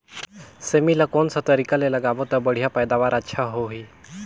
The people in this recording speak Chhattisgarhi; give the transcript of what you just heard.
सेमी ला कोन सा तरीका ले लगाबो ता बढ़िया पैदावार अच्छा होही?